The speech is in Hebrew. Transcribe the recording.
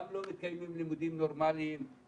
גם לא מקיימים לימודים נורמליים,